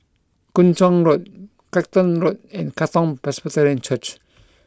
Kung Chong Road Clacton Road and Katong Presbyterian Church